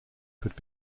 could